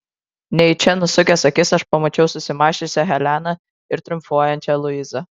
nejučia nusukęs akis aš pamačiau susimąsčiusią heleną ir triumfuojančią luizą